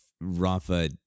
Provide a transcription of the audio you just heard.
Rafa